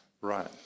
Right